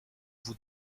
vous